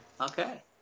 okay